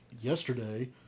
yesterday